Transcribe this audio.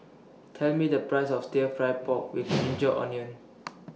Tell Me The Price of Stir Fry Pork with Ginger Onions